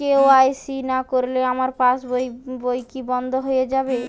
KYC না করলে আমার পাশ বই কি বন্ধ হয়ে যাবে?